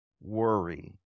worry